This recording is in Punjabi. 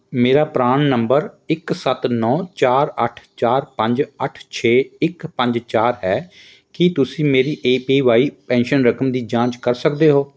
ਮੇਰਾ ਪਰਾਨ ਨੰਬਰ ਸੱਤ ਨੌਂ ਚਾਰ ਅੱਠ ਚਾਰ ਪੰਜ ਅੱਠ ਛੇ ਇੱਕ ਪੰਜ ਚਾਰ ਹੈ ਕੀ ਤੁਸੀਂ ਮੇਰੀ ਏ ਪੀ ਵਾਈ ਪੈਨਸ਼ਨ ਰਕਮ ਦੀ ਜਾਂਚ ਕਰ ਸਕਦੇ ਹੋ